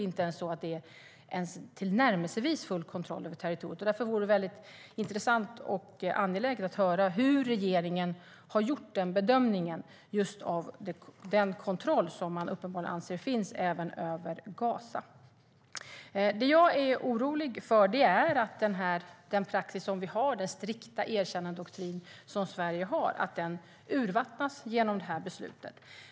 Man har inte ens tillnärmelsevis full kontroll över territoriet. Därför vore det mycket intressant och angeläget att få höra hur regeringen har gjort bedömningen av den kontroll som den uppenbarligen anser finns även över Gaza. Det som jag är orolig för är att den praxis som Sverige har, alltså den strikta erkännandedoktrinen, urvattnas genom detta beslut.